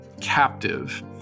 captive